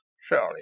surely